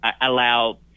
allow